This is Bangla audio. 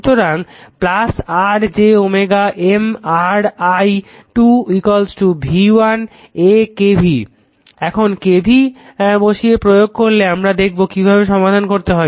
সুতরাং r j M r i 2 v1 a k v l এখানে k v l বসিয়ে প্রয়োগ করলে পরে আমরা দেখবো কিভাবে সমাধান করতে হয়